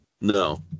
No